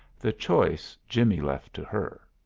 the choice jimmie left to her.